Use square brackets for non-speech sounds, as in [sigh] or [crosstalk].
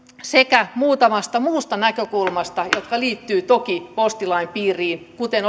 sekä muutamasta muusta näkökulmasta jotka liittyvät toki postilain piiriin kuten [unintelligible]